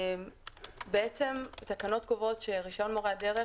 בעצם התקנות קובעות שרישיון מורה הדרך,